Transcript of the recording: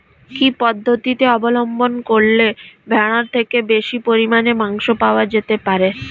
কি পদ্ধতিতে অবলম্বন করলে ভেড়ার থেকে বেশি পরিমাণে মাংস পাওয়া যেতে পারে?